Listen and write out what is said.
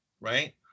right